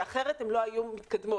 שאחרת הם לא היו מתקדמות,